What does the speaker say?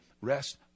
rest